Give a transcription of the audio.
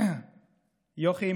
יוכי,